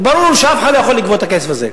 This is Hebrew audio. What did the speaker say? וברור שאף אחד לא יכול לגבות את הכסף הזה.